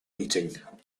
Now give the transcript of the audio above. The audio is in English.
meeting